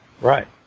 Right